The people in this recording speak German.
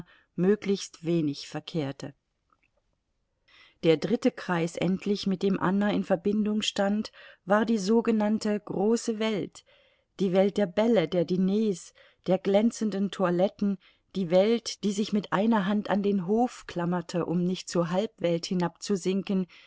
möglichst wenig verkehrte der dritte kreis endlich mit dem anna in verbindung stand war die sogenannte große welt die welt der bälle der diners der glänzenden toiletten die welt die sich mit einer hand an den hof klammerte um nicht zur halbwelt hinabzusinken